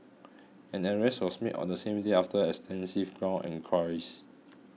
an arrest was made on the same day after extensive ground enquiries